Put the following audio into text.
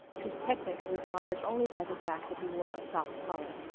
whose technic was marred only by the fact that he wore a soft collar.